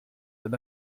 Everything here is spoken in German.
denn